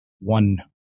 one